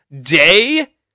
Day